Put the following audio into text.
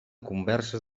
converses